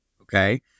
Okay